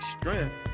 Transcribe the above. strength